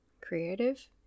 creative